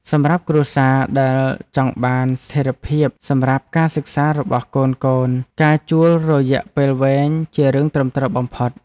សម្រាប់គ្រួសារដែលចង់បានស្ថិរភាពសម្រាប់ការសិក្សារបស់កូនៗការជួលរយៈពេលវែងជារឿងត្រឹមត្រូវបំផុត។